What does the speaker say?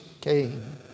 came